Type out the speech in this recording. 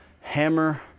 hammer